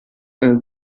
eine